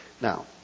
Now